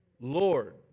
Lord